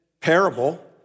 parable